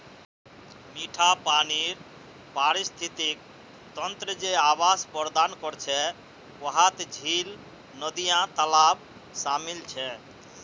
मिठा पानीर पारिस्थितिक तंत्र जे आवास प्रदान करछे वहात झील, नदिया, तालाब शामिल छे